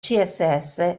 css